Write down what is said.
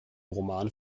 roman